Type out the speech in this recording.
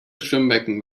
schwimmbecken